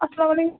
اسلام